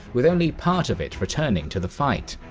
with only part of it returning to the fight.